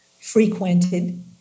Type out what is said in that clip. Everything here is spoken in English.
frequented